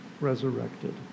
resurrected